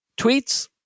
tweets